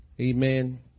Amen